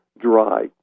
dry